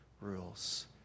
rules